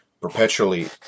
perpetually